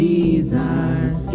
Jesus